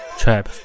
trap